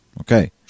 okay